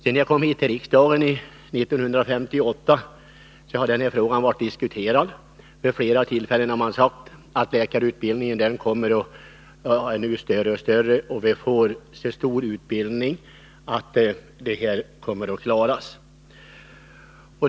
Sedan jag kom till riksdagen 1958 har frågan upprepade gånger diskuterats. Vid flera tillfällen har man sagt att läkarutbildningen kommer att bli mer och mer omfattande. Vi får så omfattande utbildning att situationen kommer att klaras. Men det har ej klarats än.